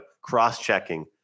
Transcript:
cross-checking